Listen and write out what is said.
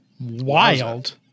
wild